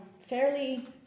fairly